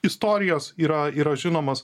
istorijos yra yra žinomas